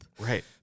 Right